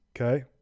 okay